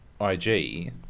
IG